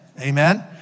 Amen